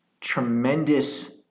tremendous